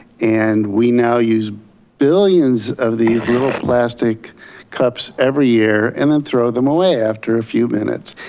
and we now use billions of these little plastic cups every year and then throw them away after a few minutes.